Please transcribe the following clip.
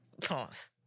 Pause